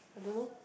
I don't know